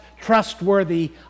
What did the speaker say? trustworthy